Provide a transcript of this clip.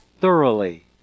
thoroughly